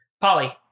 Polly